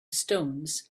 stones